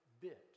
bit